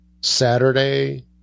Saturday